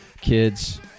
Kids